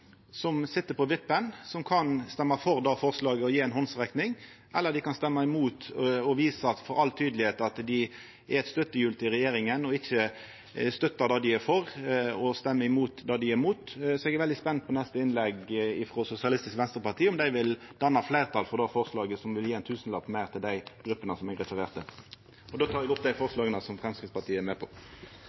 som sit på vippen, som kan stemma for det forslaget og gje ei handsrekking, eller dei kan stemma imot og visa med all tydelegheit at dei er eit støttehjul for regjeringa – og ikkje støttar det dei er for, og stemmer imot det dei er imot. Så eg er veldig spent på neste innlegg frå SV, om dei vil danna fleirtal for det forslaget, som vil gje ein tusenlapp meir til dei gruppene som eg refererte. Då tek eg opp forslaget frå Framstegspartiet